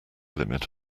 limit